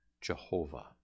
Jehovah